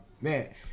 man